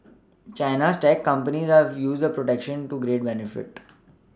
China's tech companies have used the protection to great benefit